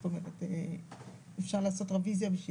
אפשר לעשות רוויזיה.